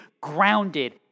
grounded